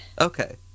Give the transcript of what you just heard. Okay